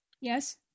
Yes